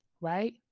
right